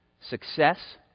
success